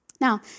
Now